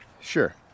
Sure